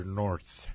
north